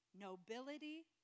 nobility